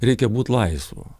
reikia būti laisvu